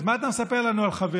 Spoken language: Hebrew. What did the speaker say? אז מה אתה מספר לנו על חברים?